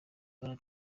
bwana